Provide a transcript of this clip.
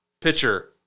pitcher